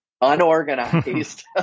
unorganized